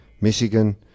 Michigan